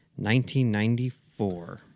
1994